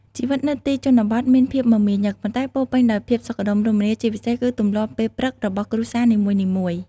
ជីវិតនៅទីជនបទមានភាពមមាញឹក ប៉ុន្តែពោរពេញដោយភាពសុខដុមរមនា ជាពិសេសគឺទម្លាប់ពេលព្រឹករបស់គ្រួសារនីមួយៗ។